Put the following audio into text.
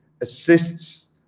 assists